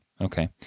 Okay